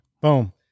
Boom